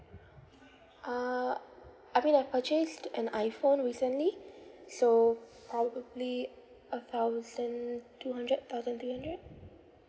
uh I mean I purchased an iphone recently so probably a thousand two hundred a thousand three hundred